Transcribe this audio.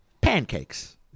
pancakes